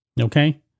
Okay